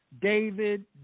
David